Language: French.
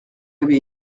avait